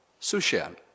Sushan